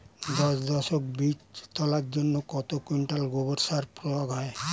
দশ শতক বীজ তলার জন্য কত কুইন্টাল গোবর সার প্রয়োগ হয়?